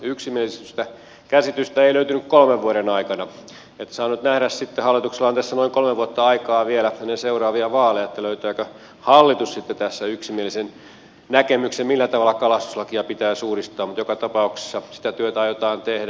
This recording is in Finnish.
yksimielistä käsitystä ei löytynyt kolmen vuoden aikana niin että saa nyt nähdä sitten kun hallituksella on tässä noin kolme vuotta aikaa vielä ennen seuraavia vaaleja löytääkö hallitus sitten tässä yksimielisen näkemyksen siitä millä tavalla kalastuslakia pitäisi uudistaa mutta joka tapauksessa sitä työtä aiotaan tehdä